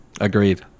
Agreed